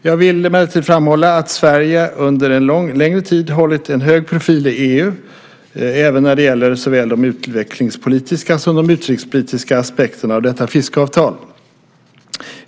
Jag vill emellertid framhålla att Sverige under en längre tid har hållit en hög profil i EU även när det gäller såväl de utvecklingspolitiska som de utrikespolitiska aspekterna av detta fiskeavtal.